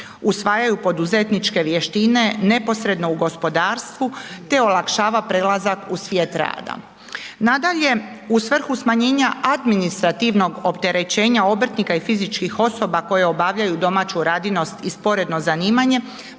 usvajaju poduzetničke vještine neposredno u gospodarstvu te olakšava prelazak u svijet rada. Nadalje, u svrhu smanjenja administrativnog opterećenja obrtnika i fizičkih osoba koje obavljaju domaću radinost i sporedno zanimanje,